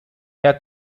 herr